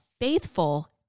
faithful